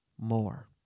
more